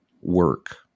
work